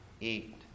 eat